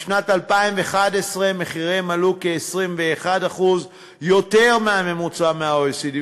בשנת 2011 מחיריהם עלו כ-21% יותר מהממוצע ב-OECD.